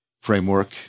framework